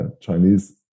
Chinese